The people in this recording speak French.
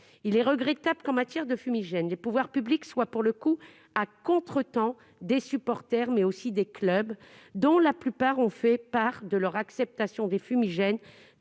Il est regrettable qu'en matière de fumigènes les pouvoirs publics soient pour le coup à contretemps des supporters, mais aussi des clubs, dont la plupart ont indiqué qu'ils les acceptaient tant qu'ils